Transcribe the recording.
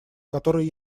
которой